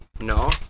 No